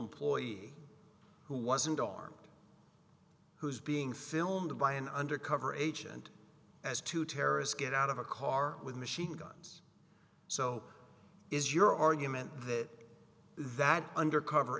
employee who wasn't armed who was being filmed by an undercover agent as to terrorists get out of a car with machine guns so is your argument the that undercover